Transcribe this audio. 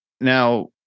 now